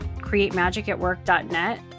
createmagicatwork.net